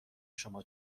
شما